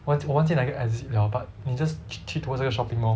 忘记我忘记哪一个 exit 了 but 你 just 去去 towards 这个 shopping mall